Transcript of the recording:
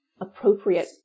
appropriate